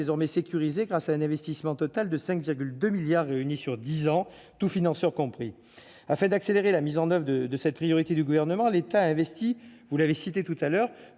désormais sécurisé grâce à un investissement total de 5,2 milliards réunis sur 10 ans tous financeurs compris afin d'accélérer la mise en oeuvre et de de cette priorité du gouvernement l'État investit, vous l'avez cité tout à l'heure